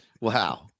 Wow